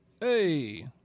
Hey